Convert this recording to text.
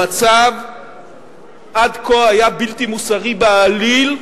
המצב עד כה היה בלתי מוסרי בעליל,